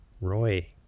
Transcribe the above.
Roy